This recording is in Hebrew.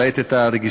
ראית את הרגישות,